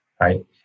right